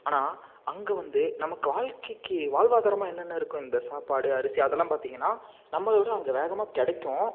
ஆனால் அங்கே வந்து நமக்கு வாழ்க்கைக்கு வாழ்வாதாரமாக என்னென்ன இருக்கும் இந்த சாப்பாடு அரிசி அதெல்லாம் பார்த்திங்கன்னா நம்மளை விட அங்கே வேகமாக கிடைக்கும்